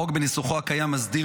החוק בנוסחו הקיים מסדיר,